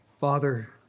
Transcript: Father